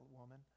woman